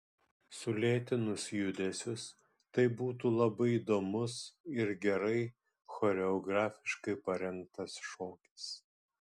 sulėtinus judesius tai būtų labai įdomus ir gerai choreografiškai parengtas šokis